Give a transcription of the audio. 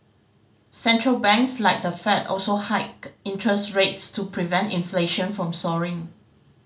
Central Banks like the Fed also hiked interest rates to prevent inflation from soaring